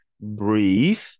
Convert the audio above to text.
breathe